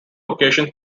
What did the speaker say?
occasions